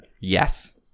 Yes